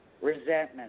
Resentment